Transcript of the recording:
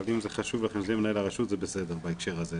אבל אם זה חשוב לכם שזה יהיה מנהלהרשות זה בסדר בהקשר הזה,